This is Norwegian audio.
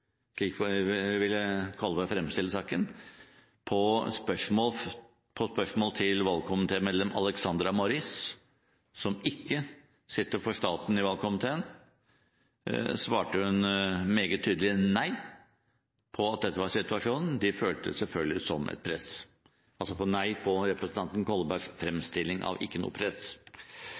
slik ville Kolberg fremstille saken. Valgkomitémedlem Alexandra Morris, som ikke sitter for staten i valgkomiteen, svarte meget tydelig nei på spørsmål om dette var situasjonen. De følte det selvfølgelig som et press – hun sa nei til representanten Kolbergs fremstilling av at det ikke var noe press.